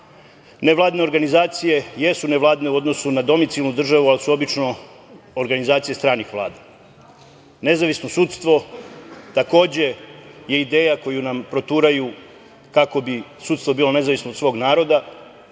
moći. Nevladine organizacije jesu nevladine u odnosu na domicilnu državu, ali su obično organizacije stranih vlada. Nezavisno sudstvo takođe je ideja koju nam proturaju kako bi sudstvo bilo nezavisno od svog naroda,